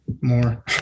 more